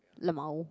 lmao